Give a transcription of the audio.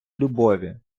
любові